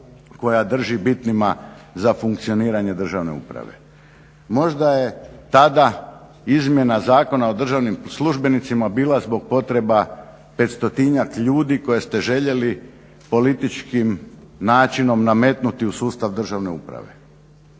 koja drži bitnima za funkcioniranje državne uprave. Možda je tada izmjena Zakona o državnim službenicima bila zbog potreba 500-njak ljudi koje ste željeli političkim načinom nametnuti u sustav državne uprave.